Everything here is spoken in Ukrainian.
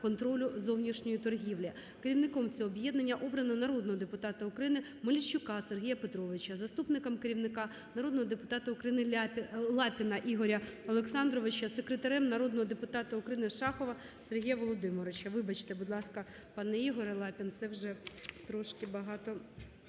контролю зовнішньої торгівлі". Керівником цього об'єднання обрано народного депутата України Мельничука Сергія Петровича, заступником керівника – народного депутата України Ляпіна… Лапіна Ігоря Олександровича, секретарем – народного депутата України Шахова Сергія Володимировича. Вибачте, будь ласка, пане Ігорю Лапін, це вже трішки багато…